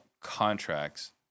contracts